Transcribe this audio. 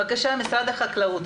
בבקשה משרד החקלאות.